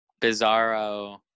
bizarro –